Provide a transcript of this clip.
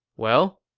well,